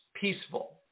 peaceful